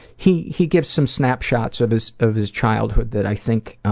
he he gives some snapshots of his of his childhood that i think